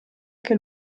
che